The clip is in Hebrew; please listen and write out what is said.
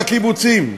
בקיבוצים,